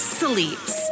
sleeps